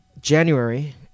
January